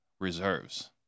reserves